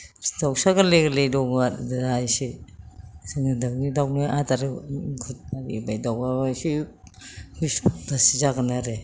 दाउसा गोरलै गोरलै दङ आरो जोंहा एसे जोङो दाउनि आदार बे दाउआ एसे दुइ सप्तासो जागोन आरो